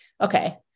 okay